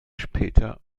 später